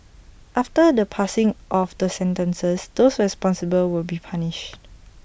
after the passing of the sentences those responsible will be punished